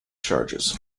charges